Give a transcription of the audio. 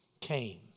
came